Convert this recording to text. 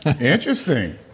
Interesting